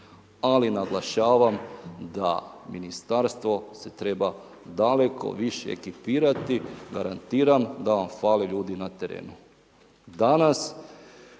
ali naglašavam da ministarstvo se treba daleko više ekipirati, garantiram da vam fali ljudi na terenu.